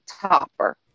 topper